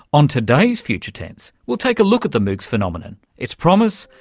on today's future tense we'll take a look at the moocs phenomenon its promise,